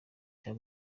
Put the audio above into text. cya